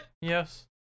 Yes